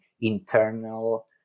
internal